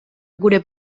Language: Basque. gure